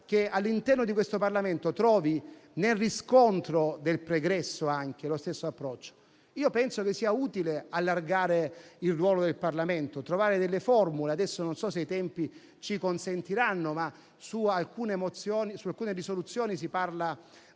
che all'interno di questo Parlamento trovi, anche nel riscontro del pregresso, lo stesso approccio. Penso sia utile allargare il ruolo del Parlamento, trovare delle formule. Non so se i tempi ce lo consentiranno, ma in alcune proposte di risoluzione si parla